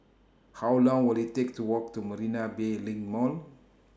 How Long Will IT Take to Walk to Marina Bay LINK Mall